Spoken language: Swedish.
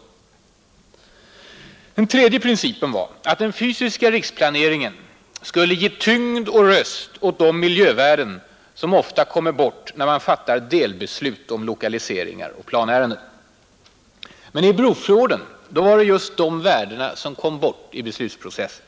3) Den tredje principen var att den fysiska riksplaneringen skulle ge tyngd och röst åt de miljövärden som ofta kommer bort när man fattar delbeslut om lokaliseringar och planärenden. Men i Brofjorden var det just de värdena som kom bort vid beslutsprocessen.